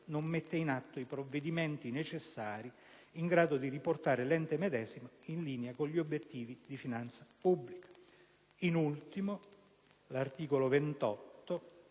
non metta in atto i provvedimenti necessari in grado di riportare l'ente medesimo in linea con gli obiettivi di finanza pubblica. L'articolo 28,